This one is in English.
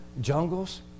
jungles